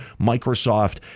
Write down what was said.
Microsoft